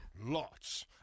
Lots